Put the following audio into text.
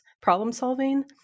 problem-solving